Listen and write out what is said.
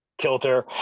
kilter